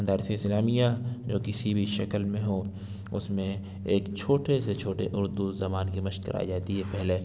مدارس اسلامیہ جو کسی بھی شکل میں ہوں اس میں ایک چھوٹے سے چھوٹے اردو زبان کی مشق کرائی جاتی ہے پہلے